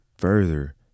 further